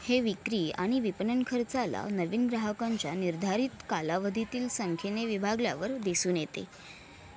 हे विक्री आणि विपणन खर्चाला नवीन ग्राहकांच्या निर्धारित कालावधीतील संख्येने विभागल्यावर दिसून येते